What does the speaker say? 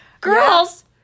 Girls